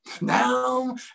now